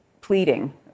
pleading